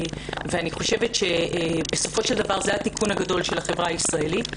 אני חושבת שבסופו של דבר זה התיקון הגדול של החברה הישראלית.